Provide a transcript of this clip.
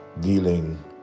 dealing